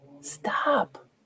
stop